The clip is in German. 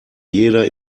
jeder